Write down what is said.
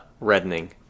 reddening